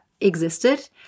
existed